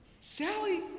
Sally